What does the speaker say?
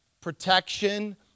Protection